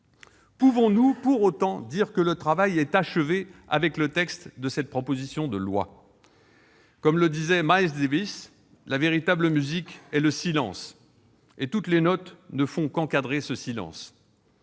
Pouvons-nous pour autant dire que le travail est achevé avec le texte de cette proposition de loi ? Comme le disait Miles Davis, « la véritable musique est le silence et toutes les notes ne font qu'encadrer ce silence